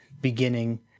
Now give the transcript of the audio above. beginning